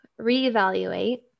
Reevaluate